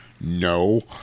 No